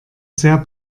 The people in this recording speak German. sehr